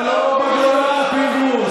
אתה לא בגולה, פינדרוס.